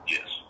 Yes